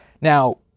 Now